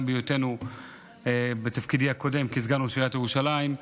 גם בהיותי בתפקידי הקודם כסגן ראש עיריית ירושלים.